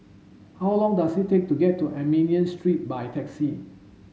how long does it take to get to Armenian Street by taxi